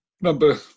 Number